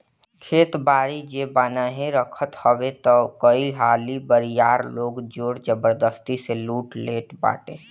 खेत बारी जे बान्हे रखत हवे तअ कई हाली बरियार लोग जोर जबरजस्ती से लूट लेट बाटे